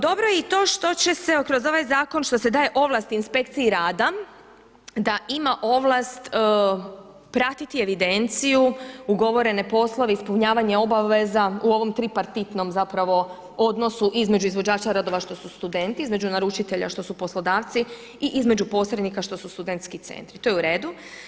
Dobro je i to što će se kroz ovaj zakon što se daje ovlast inspekciji rada da ima ovlast pratiti evidenciju ugovorene poslove, ispunjavanje obaveza u ovom tripartitnom zapravo odnosu između izvođača radova što su studenti, između naručitelja što su poslodavci i između posrednika što su studentski centri to je u redu.